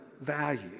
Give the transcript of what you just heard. value